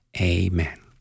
Amen